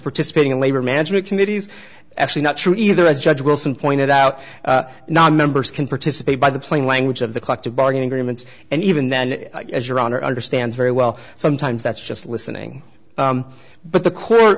participating in labor management committees actually not true either as judge wilson pointed out nonmembers can participate by the plain language of the collective bargaining agreements and even then as your honor understands very well sometimes that's just listening but the core